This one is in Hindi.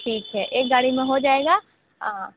ठीक है एक गाड़ी में हो जायेगा हाँ